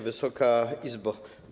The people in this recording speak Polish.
Wysoka Izbo!